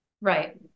right